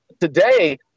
today